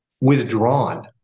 withdrawn